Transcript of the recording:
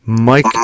Mike